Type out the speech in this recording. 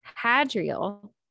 Hadriel